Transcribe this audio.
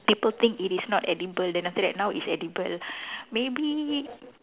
people think it is not edible then after that now is edible maybe